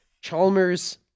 Chalmers